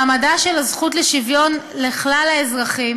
מעמדה של הזכות לשוויון לכלל האזרחים